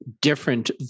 different